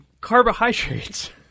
carbohydrates